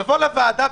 לבוא לוועדה,